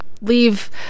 leave